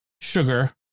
sugar